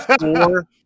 four